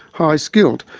high skilled.